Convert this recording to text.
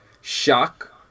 shock